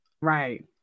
Right